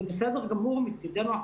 וזה בסדר גמור מצדנו.